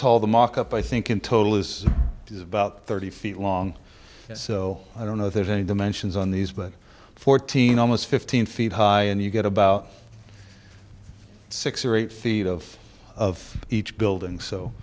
tall the mock up i think in total is is about thirty feet long so i don't know if there's any dimensions on these but fourteen almost fifteen feet high and you get about six or eight feet of of each building so